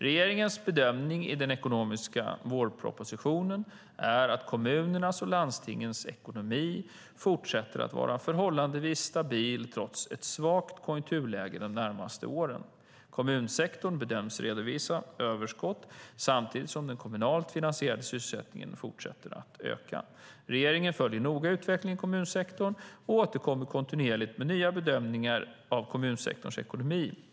Regeringens bedömning i den ekonomiska vårpropositionen är att kommunernas och landstingens ekonomi fortsätter att vara förhållandevis stabil trots ett svagt konjunkturläge de närmaste åren. Kommunsektorn bedöms redovisa överskott samtidigt som den kommunalt finansierade sysselsättningen fortsätter att öka. Regeringen följer noga utvecklingen i kommunsektorn och återkommer kontinuerligt med nya bedömningar av kommunsektorns ekonomi.